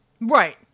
Right